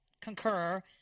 concur